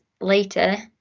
later